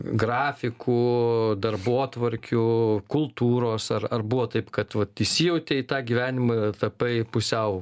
grafikų darbotvarkių kultūros ar ar buvo taip kad vat įsijautei į tą gyvenimą ir tapai pusiau